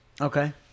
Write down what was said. Okay